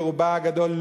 ברובה הגדול,